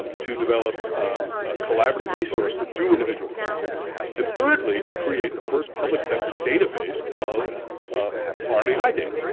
um to develop a collaborative resource to do individual projects and thirdly, to create the first public-sector database of ah um rnai data.